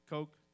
Coke